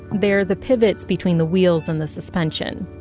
they're the pivots between the wheels and the suspension.